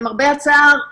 למרבה הצער,